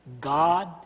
God